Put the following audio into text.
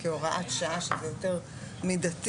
וכהוראת שעה שזה יותר מידתי,